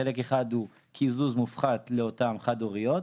חלק אחד הוא קיזוז מופחת לאותן חד-הוריות,